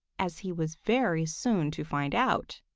as he was very soon to find out.